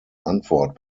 antwort